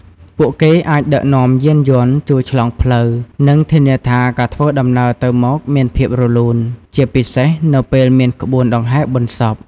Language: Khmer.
ពួកគេអាចដឹកនាំយានយន្ត ជួយឆ្លងផ្លូវ និងធានាថាការធ្វើដំណើរទៅមកមានភាពរលូន ជាពិសេសនៅពេលមានក្បួនដង្ហែបុណ្យសព។